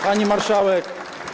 Pani Marszałek!